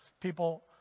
people